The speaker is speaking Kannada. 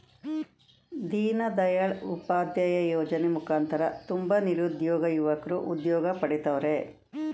ದೀನ್ ದಯಾಳ್ ಉಪಾಧ್ಯಾಯ ಯೋಜನೆ ಮುಖಾಂತರ ತುಂಬ ನಿರುದ್ಯೋಗ ಯುವಕ್ರು ಉದ್ಯೋಗ ಪಡಿತವರ್ರೆ